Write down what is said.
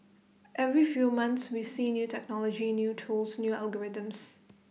every few months we see new technology new tools new algorithms